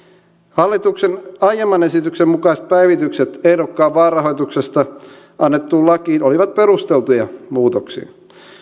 hallituksen aiemman esityksen mukaiset päivitykset ehdokkaan vaalirahoituksesta annettuun lakiin olivat perusteltuja muutoksia